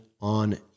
on